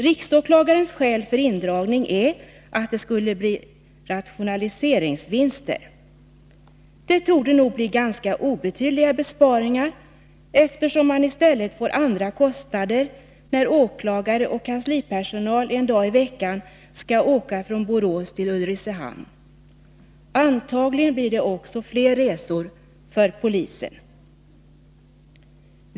Riksåklagarens skäl för indragning är att det skulle bli rationaliseringsvinster. Det torde nog bli ganska obetydliga besparingar, eftersom man i stället får andra kostnader när åklagare och kanslipersonal en dag i veckan skall åka från Borås till Ulricehamn. Antagligen blir det också fler resor för polisen.